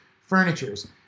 furnitures